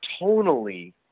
tonally